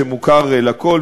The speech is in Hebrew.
שמוכר לכול,